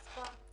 חוצפה.